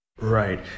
Right